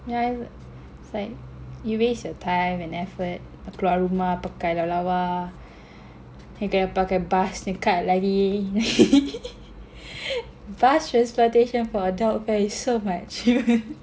yeah it's like you waste your time and effort keluar rumah pakai lawa lawa then kena pakai bus nye card lagi bus transportation for adult fare is so much